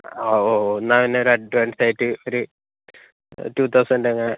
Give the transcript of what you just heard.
ആ ഓ ഓ എന്നാൽ പിന്നെ ഒരു അഡ്വാൻസ് ആയിട്ട് ഒരു ടൂ തൗസൻ്റ് എങ്ങാ